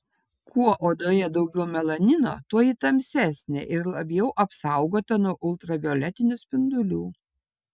kuo odoje daugiau melanino tuo ji tamsesnė ir labiau apsaugota nuo ultravioletinių spindulių